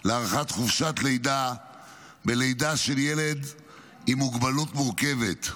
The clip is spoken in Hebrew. להארכת חופשת לידה בלידה של ילד עם מוגבלות מורכבת.